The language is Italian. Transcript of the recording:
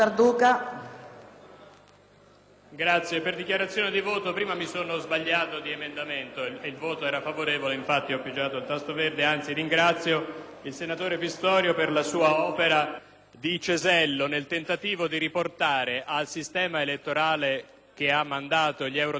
Presidente, prima ho sbagliato il riferimento all'emendamento: il voto era favorevole e infatti ho pigiato il tasto verde. Anzi, ringrazio il senatore Pistorio per la sua opera di cesello, nel tentativo di riportare il sistema elettorale che ha mandato gli eurodeputati nel 2004